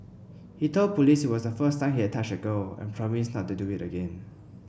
he told police it was the first time he had touched a girl and promised not to do it again